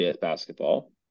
basketball